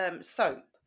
soap